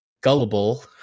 gullible